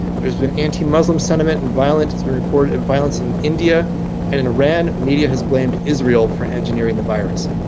there's been anti-muslim sentiment and violent it's been reported at violence in india and and iran media has blamed israel for engineering the virus.